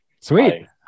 sweet